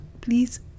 Please